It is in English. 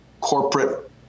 corporate